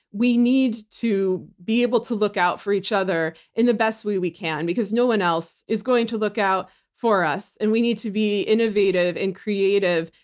we need to be able to look out for each other in the best way we can because no one else is going to look out for us and we need to be innovative and creative,